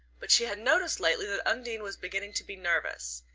but she had noticed lately that undine was beginning to be nervous,